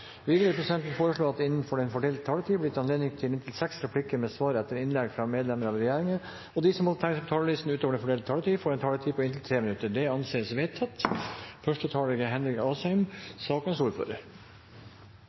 Videre vil presidenten foreslå at det – innenfor den fordelte taletid – blir gitt anledning til inntil seks replikker med svar etter innlegg fra medlemmer av regjeringen, og at de som måtte tegne seg på talerlisten utover den fordelte taletid, får en taletid på inntil 3 minutter. – Det anses vedtatt.